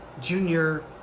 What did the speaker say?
junior